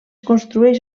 construeix